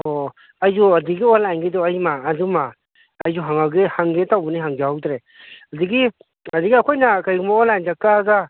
ꯑꯣ ꯑꯩꯁꯨ ꯍꯧꯖꯤꯛꯀꯤ ꯑꯣꯟꯂꯥꯏꯟꯒꯤꯗꯣ ꯑꯩꯃ ꯑꯗꯨꯃ ꯑꯩꯁꯨ ꯍꯪꯒꯦ ꯇꯧꯕꯅꯦ ꯍꯧꯖꯍꯧꯗ꯭ꯔꯦ ꯍꯧꯖꯤꯛꯀꯤ ꯍꯧꯖꯤꯛꯀꯤ ꯑꯩꯈꯣꯏꯅ ꯀꯩꯒꯨꯝꯕ ꯑꯣꯟꯂꯥꯏꯟꯗ ꯀꯛꯑꯒ